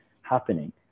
happening